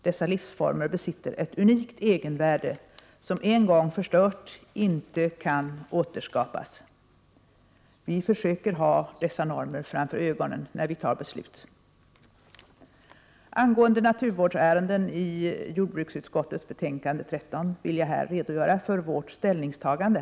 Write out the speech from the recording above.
Dessa livsformer besitter ett unikt egenvärde som, en gång förstört, inte kan återskapas. Vi försöker att ha dessa normer framför ögonen när vi fattar beslut. Med anledning av naturvårdsärendenas behandling i jordbruksutskottets betänkande nr 13 vill jag här redogöra för vårt ställningstagande.